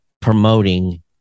promoting